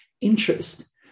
interest